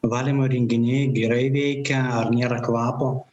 valymo įrenginiai gerai veikia ar nėra kvapo